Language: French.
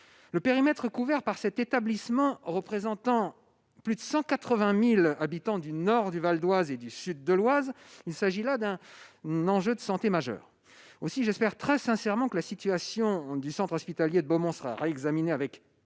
Le périmètre couvert par cet établissement représentant plus de 180 000 habitants du nord du Val-d'Oise et du sud de l'Oise, il s'agit là d'un enjeu de santé majeur. Aussi, j'espère très sincèrement que la situation du centre hospitalier de Beaumont sera réexaminée avec